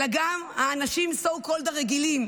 אלא גם האנשים so called הרגילים,